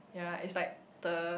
yea it's like the